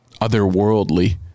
otherworldly